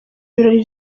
ibirori